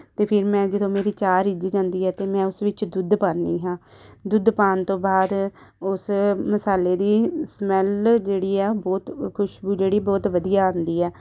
ਅਤੇ ਫਿਰ ਮੈਂ ਜਦੋਂ ਮੇਰੀ ਚਾਹ ਰਿੱਝ ਜਾਂਦੀ ਹੈ ਤਾਂ ਮੈਂ ਉਸ ਵਿੱਚ ਦੁੱਧ ਪਾਉਂਦੀ ਹਾਂ ਦੁੱਧ ਪਾਉਣ ਤੋਂ ਬਾਅਦ ਉਸ ਮਸਾਲੇ ਦੀ ਸਮੈਲ ਜਿਹੜੀ ਆ ਬਹੁਤ ਖੁਸ਼ਬੂ ਜਿਹੜੀ ਬਹੁਤ ਵਧੀਆ ਆਉਂਦੀ ਹੈ